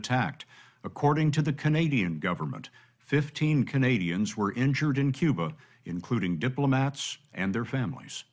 attacked according to the canadian government fifteen canadians were injured in cuba including diplomats and their families